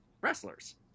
wrestlers